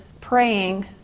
praying